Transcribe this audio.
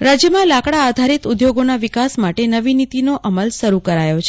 કલ્પના શાહ્ લાકડા નવી નીતિ રાજ્યમાં લાકડા આધારિત ઉઘોગોના વિકાસ માટે નવી નીતિનો અમલ શરૂ કરાયો છે